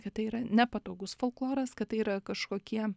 kad tai yra nepatogus folkloras kad tai yra kažkokie